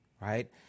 right